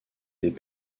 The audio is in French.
des